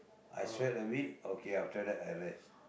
I sweat a bit okay after that I rest